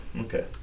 Okay